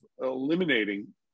eliminating